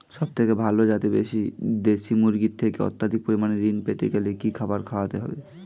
সবথেকে ভালো যাতে দেশি মুরগির থেকে অত্যাধিক পরিমাণে ঋণ পেতে গেলে কি খাবার খাওয়াতে হবে?